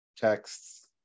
texts